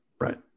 Right